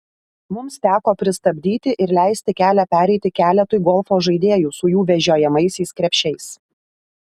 mums teko pristabdyti ir leisti kelią pereiti keletui golfo žaidėjų su jų vežiojamaisiais krepšiais